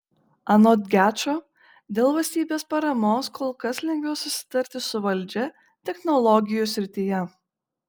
anot gečo dėl valstybės paramos kol kas lengviau susitarti su valdžia technologijų srityje